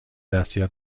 دستی